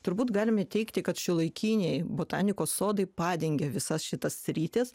turbūt galime teigti kad šiuolaikiniai botanikos sodai padengia visas šitas sritis